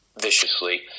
viciously